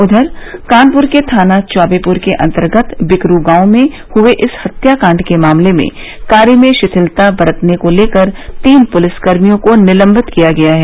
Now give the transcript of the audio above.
उधर कानपुर के थाना चौबेपुर के अन्तर्गत बिकरू गांव में हुए इस हत्याकाण्ड के मामले में कार्य में शिथिलता बरतने को लेकर तीन पुलिसकर्मियों को निलम्बित किया गया है